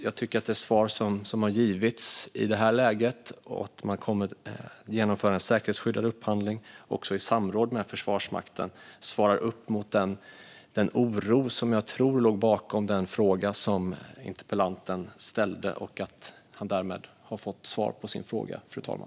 Jag tycker att det svar som har givits i detta läge - att man kommer att genomföra en säkerhetsskyddad upphandling och göra det i samråd med Försvarsmakten - möter den oro som jag tror låg bakom den fråga som interpellanten ställde och att han därmed har fått svar på den, fru talman.